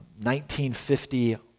1950